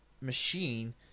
machine